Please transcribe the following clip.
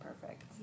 perfect